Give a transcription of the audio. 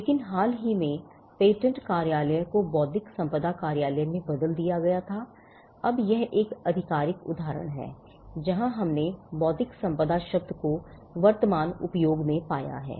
लेकिन हाल ही में पेटेंट कार्यालय को बौद्धिक संपदा कार्यालय में बदल दिया गया था अब यह एक आधिकारिक उदाहरण है जहां हमने बौद्धिक संपदा शब्द को वर्तमान उपयोग में पाया है